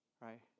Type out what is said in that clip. right